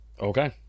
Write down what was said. okay